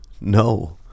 No